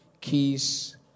keys